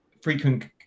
frequent